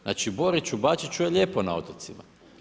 Znači Boriću, Bačiću je lijepo na otocima.